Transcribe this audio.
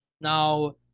Now